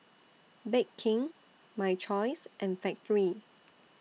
Bake King My Choice and Factorie